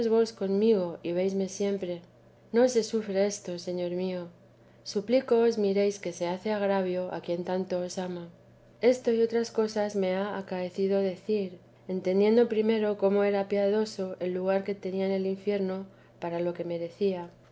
conmigo y veisme siempre no se sufre esto señor mío suplicóos miréis que se hace agravio a quien tanto os ama esto y otras cosas me ha acaecido decir entendiendo primero cómo era piadoso el lugar que tenía en el infierno para lo que merecía